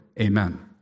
amen